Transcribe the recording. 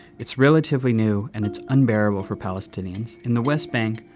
it's relatively new, and it's unbearable for palestinians. in the west bank,